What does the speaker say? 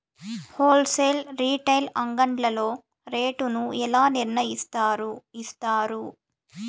Whole sale retail అంగడ్లలో rate ను ఎలా నిర్ణయిస్తారు యిస్తారు?